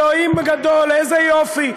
אלוהים גדול, איזה יופי.